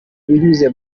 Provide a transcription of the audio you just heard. binyuze